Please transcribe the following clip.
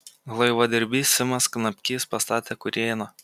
laivadirbys simas knapkys pastatė kurėną